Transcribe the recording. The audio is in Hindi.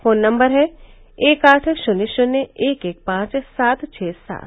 फोन नम्बर है एक आठ शून्य शून्य एक एक पांच सात छः सात